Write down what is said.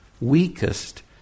weakest